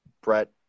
Brett